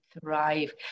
thrive